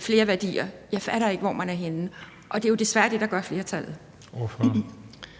flere værdier – jeg fatter ikke, hvor man er henne. Og det er jo desværre det, der giver flertallet.